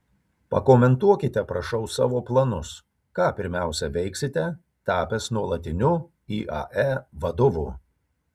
pakomentuokite prašau savo planus ką pirmiausia veiksite tapęs nuolatiniu iae vadovu